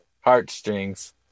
heartstrings